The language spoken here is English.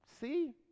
see